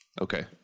Okay